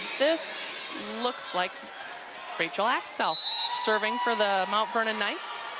this looks like rachel axtell serving for the mount vernon knights.